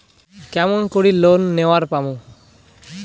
কেমন করি লোন নেওয়ার পামু?